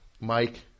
Mike